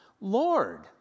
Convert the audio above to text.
Lord